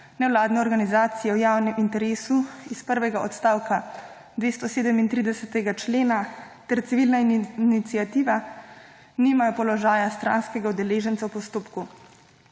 nevladne organizacije v javnem interesu iz prvega odstavka 237. člena ter civilna iniciativa nimajo položaja stranskega udeleženca v postopku.